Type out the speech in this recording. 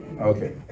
Okay